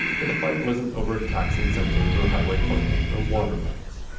but the fight wasn't over tax incentives or highway funding or water rights.